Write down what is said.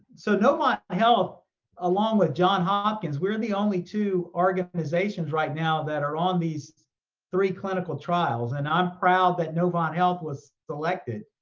so novant health along with johns hopkins, we're the only two organizations right now that are on these three clinical trials. and i'm proud that novant health was selected.